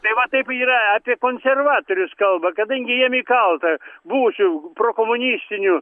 tai va taip yra apie konservatorius kalba kadangi jiem įkalta buvusių prokomunistinių